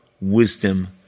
wisdom